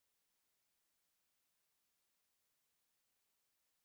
that anthony chan got anthony chan right okay lah okay lah never mind never mind anyway